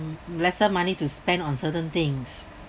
lesser money to spend on certain things